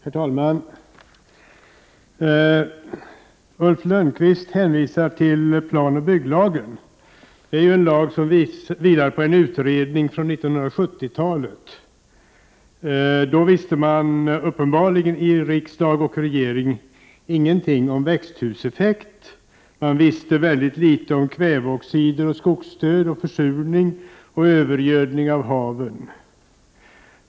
Herr talman! Ulf Lönnqvist hänvisar till planoch bygglagen. Det är en lag som vilar på en utredning från 1970-talet. Då visste man uppenbarligen i riksdag och regering ingenting om växthuseffekten. Man visste mycket litet om kväveoxider, skogsdöd och försurning och övergödning av haven.